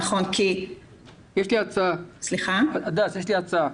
הדס, יש לי הצעה.